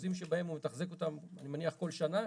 וחוזים שבהם הוא מתחזק אותם אני מניח כל שנה,